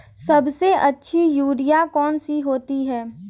सबसे अच्छी यूरिया कौन सी होती है?